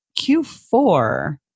Q4